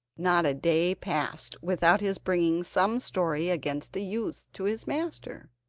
not a day passed without his bringing some story against the youth to his master,